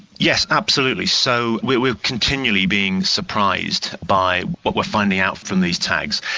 yes, absolutely. so we're we're continually being surprised by what we're finding out from these tags.